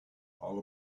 all